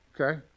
okay